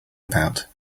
about